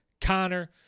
connor